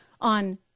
on